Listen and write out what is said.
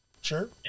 Sure